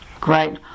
Great